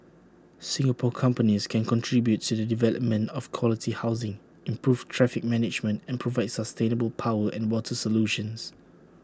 Singapore companies can contribute to the development of quality housing improve traffic management and provide sustainable power and water solutions